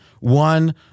one